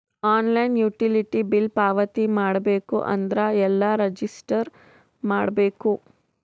Online utility bill ಪಾವತಿ ಮಾಡಬೇಕು ಅಂದ್ರ ಎಲ್ಲ ರಜಿಸ್ಟರ್ ಮಾಡ್ಬೇಕು?